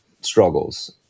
struggles